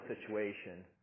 situation